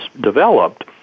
developed